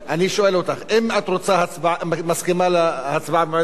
אני שואל אותך: אם את מסכימה להצבעה במועד אחר,